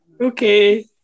Okay